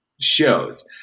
shows